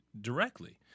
directly